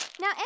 Now